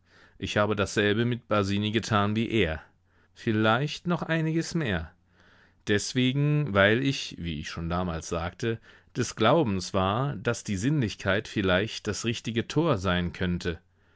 ich habe dasselbe mit basini getan wie er vielleicht noch einiges mehr deswegen weil ich wie ich schon damals sagte des glaubens war daß die sinnlichkeit vielleicht das richtige tor sein könnte